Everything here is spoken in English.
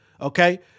okay